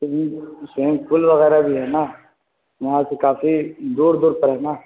swimming swimming pool وغیرہ بھی ہے نا وہاں سے کافی دور دور پر ہے نا